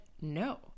no